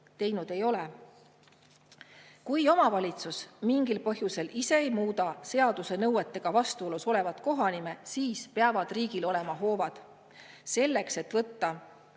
teinud ei ole. Kui omavalitsus mingil põhjusel ise ei muuda seaduse nõuetega vastuolus olevat kohanime, siis peavad riigil olema hoovad selleks, et võtta